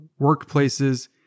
workplaces